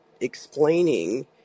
explaining